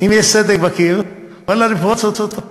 אם יש סדק בקיר, ואללה, נפרוץ אותו.